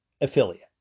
affiliate